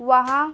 وہاں